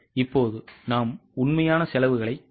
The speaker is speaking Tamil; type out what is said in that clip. இப்போது நாம் உண்மையான செலவுகளை கணக்கிட வேண்டும்